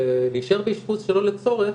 להישאר באשפוז שלא לצורך,